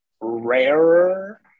rarer